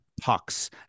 pucks